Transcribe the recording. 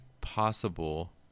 possible